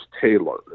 Taylor